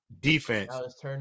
defense